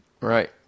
Right